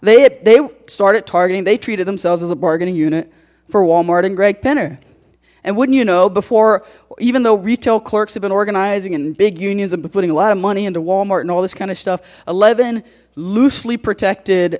they started targeting they treated themselves as a bargaining unit for walmart and greg penner and wouldn't you know before even though retail clerks have been organizing and big unions and putting a lot of money into walmart and all this kind of stuff eleven loosely protected